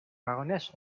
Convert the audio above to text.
barones